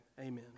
Amen